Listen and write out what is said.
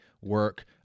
work